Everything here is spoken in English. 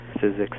physics